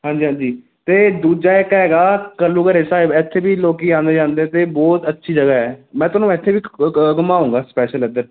ਹਾਂਜੀ ਹਾਂਜੀ ਅਤੇ ਦੂਜਾ ਇੱਕ ਹੈਗਾ ਘੱਲੂ ਘਾਰਾ ਸਾਹਿਬ ਇੱਥੇ ਵੀ ਲੋਕ ਆਉਂਦੇ ਜਾਂਦੇ ਅਤੇ ਬਹੁਤ ਅੱਛੀ ਜਗ੍ਹਾ ਹੈ ਮੈਂ ਤੁਹਾਨੂੰ ਇੱਥੇ ਵੀ ਘੁਮਾਊਂਗਾ ਸਪੈਸ਼ਲ ਇੱਧਰ